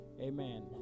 Amen